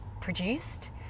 produced